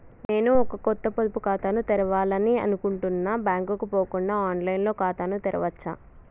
నేను ఒక కొత్త పొదుపు ఖాతాను తెరవాలని అనుకుంటున్నా బ్యాంక్ కు పోకుండా ఆన్ లైన్ లో ఖాతాను తెరవవచ్చా?